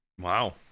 Wow